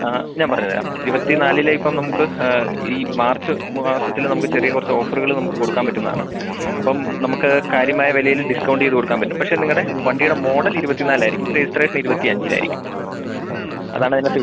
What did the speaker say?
ആ ഞാൻ പറഞ്ഞ് തരാം ഇരുപത്തിനാലിലെ ഇപ്പം നമുക്ക് ഈ മാർച്ച് മാസത്തിൽ നമുക്ക് ചെറിയ കുറച്ച് ഓഫറുകൾ നമുക്ക് കൊടുക്കാൻ പറ്റുന്നതാണ് അപ്പം നമുക്ക് കാര്യമായ വിലയിൽ ഡിസ്കൌണ്ട് ചെയ്ത് കൊടുക്കാൻ പറ്റും പക്ഷേ നിങ്ങളുടെ വണ്ടിയുടെ മോഡൽ ഇരുപത്തി നാലായിരിക്കണം രജിസ്ട്രേഷൻ ഇരുപത്തിയഞ്ച് ആയിരിക്കും അതാണ് അതിനകത്ത് വലിയ